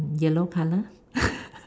yellow color